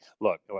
look